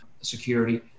security